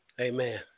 Amen